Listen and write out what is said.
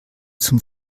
zum